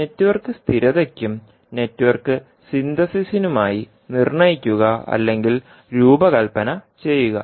network സ്ഥിരതയ്ക്കും network സിന്തസിസിനുമായി നിർണ്ണയിക്കുക അല്ലെങ്കിൽ രൂപകൽപ്പന ചെയ്യുക